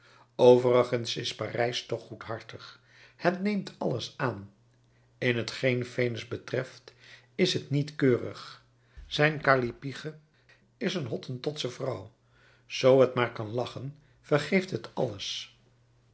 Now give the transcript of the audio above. overigens is parijs toch goedhartig het neemt alles aan in t geen venus betreft is het niet keurig zijn callipyge is een hottentotsche vrouw zoo het maar kan lachen vergeeft het alles